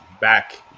back